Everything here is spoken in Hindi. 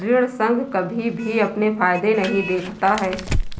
ऋण संघ कभी भी अपने फायदे नहीं देखता है